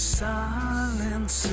silence